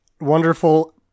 wonderful